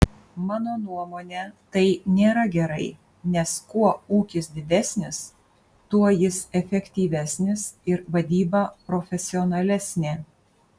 mano nuomone tai nėra gerai nes kuo ūkis didesnis tuo jis efektyvesnis ir vadyba profesionalesnė